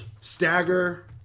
stagger